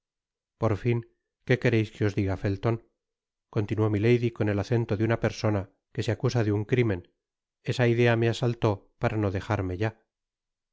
por fin qué quereis que os diga felton continuó milady con el acento de una persona que se acusa de un crimen esa idea me asaltó para no dejarme ya